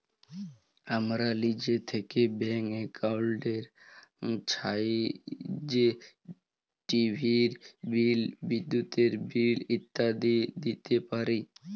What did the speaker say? আমরা লিজে থ্যাইকে ব্যাংক একাউল্টের ছাহাইয্যে টিভির বিল, বিদ্যুতের বিল ইত্যাদি দিইতে পারি